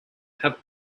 have